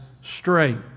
straight